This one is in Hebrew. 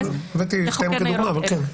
הבאתי את שניהם כדוגמה אבל כן.